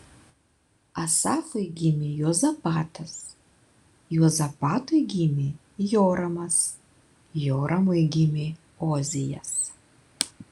asafui gimė juozapatas juozapatui gimė joramas joramui gimė ozijas